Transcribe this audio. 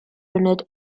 unit